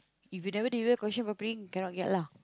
if you never do that question cannot get lah